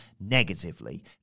negatively